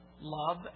love